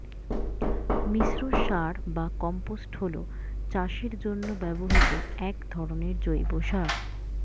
মিশ্র সার বা কম্পোস্ট হল চাষের জন্য ব্যবহৃত এক ধরনের জৈব সার